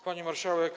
Pani Marszałek!